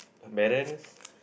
parents